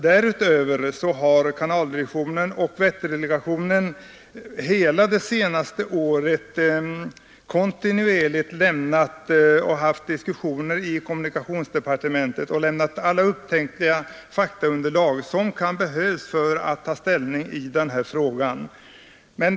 Därutöver har kanaldirektionen och Vätterdelegationen det senaste året kontinuerligt haft diskussioner i kommunikationsdepartementet, varvid de lämnat alla upptänkliga faktaunderlag, som kan behövas för att kunna ta ställning i denna fråga.